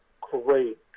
great